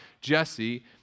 Jesse